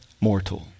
mortal